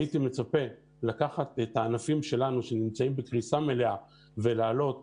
הייתי מצפה לקחת את הענפים שלנו שנמצאים בקריסה מלאה ולהעלות